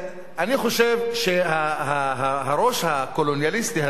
אני חושב שהראש הקולוניאליסטי הזה,